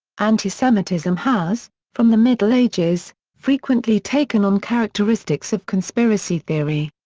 antisemitism has, from the middle ages, frequently taken on characteristics of conspiracy theory.